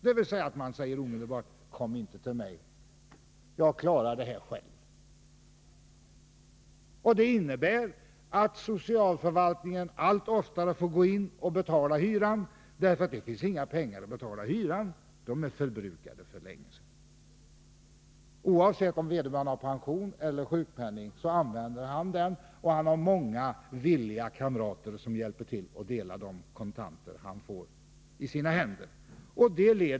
De säger nu: Kom inte till mig, jag klarar det här själv. Det innebär att socialförvaltningen allt oftare får gå in och betala hyran, därför att det inte finns några pengar till det — de är förbrukade för länge sedan. Det gäller både den som har pension och den som har sjukpenning — de använder den till alkohol eller narkotika, och de har många villiga kamrater som hjälper till att göra av med de kontanter de fåri sina händer.